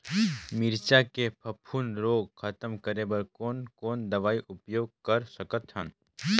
मिरचा के फफूंद रोग खतम करे बर कौन कौन दवई उपयोग कर सकत हन?